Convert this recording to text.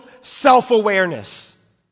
self-awareness